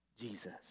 Jesus